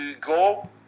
go